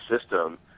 system